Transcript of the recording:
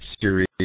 series